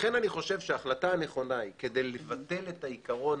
לכן אני חושב שההחלטה הנכונה, כדי לבטל את העיקרון